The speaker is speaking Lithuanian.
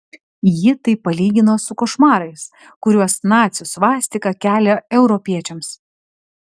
ji tai palygino su košmarais kuriuos nacių svastika kelia europiečiams